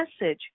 message